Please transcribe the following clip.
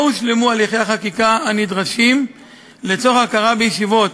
לא הושלמו הליכי החקיקה הנדרשים לצורך הכרה בישיבות